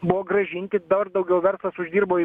buvo grąžinti dar daugiau verslas uždirbo